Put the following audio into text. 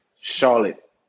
Charlotte